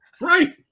Right